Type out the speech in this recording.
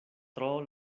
tro